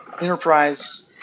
Enterprise